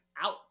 out